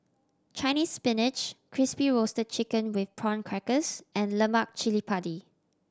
Chinese Spinach Crispy Roasted Chicken with Prawn Crackers and lemak cili padi